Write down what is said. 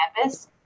canvas